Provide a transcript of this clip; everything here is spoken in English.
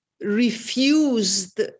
refused